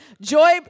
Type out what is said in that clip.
Joy